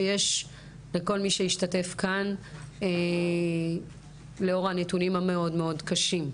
שיש לכל מי שהשתתף כאן לאור הנתונים המאוד מאוד קשים.